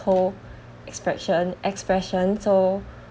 whole expression expression so